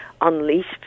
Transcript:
unleashed